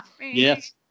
Yes